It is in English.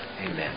Amen